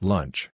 Lunch